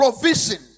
provision